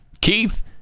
Keith